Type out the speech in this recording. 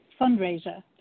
fundraiser